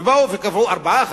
באו וקבעו 4 קוב,